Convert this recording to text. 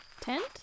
tent